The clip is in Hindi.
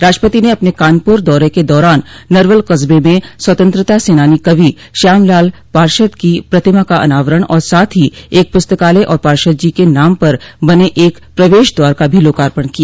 राष्ट्रपति ने अपने कानपुर दौरे के दौरान नवल कस्बे में स्वतंत्रता सेनानी कवि श्यामलाल पार्षद की प्रतिमा का अनावरण और साथ ही एक पुस्तकालय और पार्षद जी के नाम पर बने एक प्रवेश द्वार का भी लोकार्पण किया